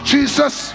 Jesus